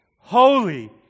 holy